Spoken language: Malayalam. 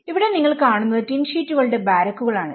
ഇവിടെ നിങ്ങൾ കാണുന്നത് ടിൻ ഷീറ്റുകളുടെ ബാരക്കുകൾ ആണ്